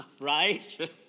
Right